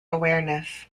awareness